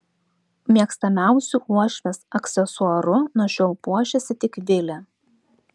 mėgstamiausiu uošvės aksesuaru nuo šiol puošiasi tik vilė